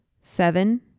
Seven